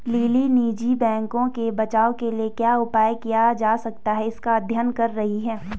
lily निजी बैंकों के बचाव के लिए क्या उपाय किया जा सकता है इसका अध्ययन कर रही है